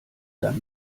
dann